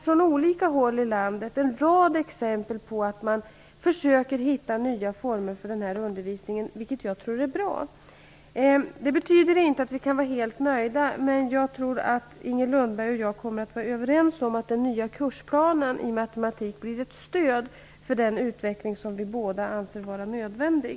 På olika håll i landet finns det en rad exempel på att man försöker hitta nya former för matematikundervisningen, vilket jag tror är bra. Det betyder inte att vi kan vara helt nöjda, men jag tror att Inger Lundberg och jag kommer att vara överens om att den nya kursplanen i matematik kommer att bli ett stöd för den utveckling som vi båda anser vara nödvändig.